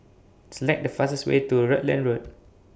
Select The fastest Way to Rutland Road